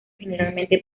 generalmente